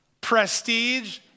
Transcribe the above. prestige